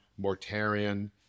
mortarian